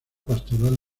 pastoral